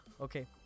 okay